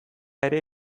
ere